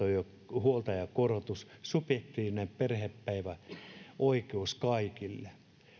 huoltajakorotus subjektiivinen perhepäiväoikeus kaikille